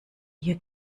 ihr